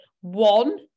one